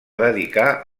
dedicar